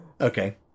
Okay